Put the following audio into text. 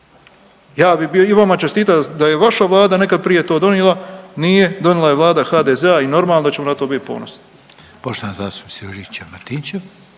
Ja bi bio i vama čestitao da je vaša vlada nekad prije to donila, nije donila je Vlada HDZ-a i normalno da ćemo na to biti ponosni.